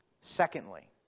Secondly